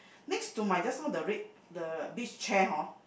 next to my just now the red the beach chair hor